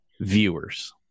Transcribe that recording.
viewers